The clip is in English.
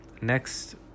next